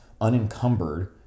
unencumbered